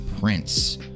Prince